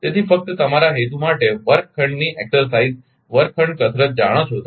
તેથી ફક્ત તમારા હેતુ માટે વર્ગખંડની એકસર્સાઇઝ વર્ગખંડ કસરત જાણો છો